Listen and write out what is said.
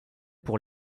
pour